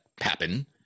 happen